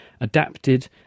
adapted